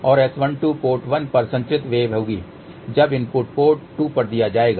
और S12 port 1 पर संचरित वेव होगी जब इनपुट पोर्ट 2 पर दिया जाएगा